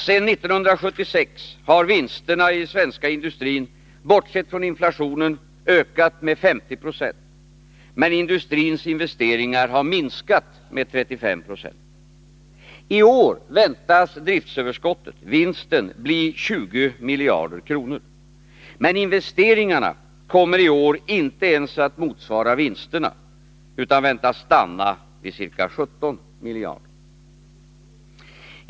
Sedan 1976 har vinsterna i den svenska industrin, bortsett från inflationen, ökat med 50 26, men industrins investeringar har minskat med 35 96. I år väntas driftsöverskottet, vinsten, bli 20 miljarder kronor. Men investeringarna kommer i år inte ens att motsvara vinsterna, utan väntas stanna vid 17 miljarder kronor.